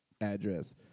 address